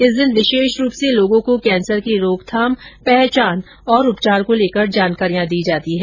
इस दिन विशेष रूप से लोगों को कैंसर की रोकथाम पहचान और उपचार को लेकर जानकारियां दी जाती है